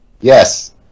yes